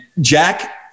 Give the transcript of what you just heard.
Jack